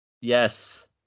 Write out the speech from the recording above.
Yes